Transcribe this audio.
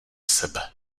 sebe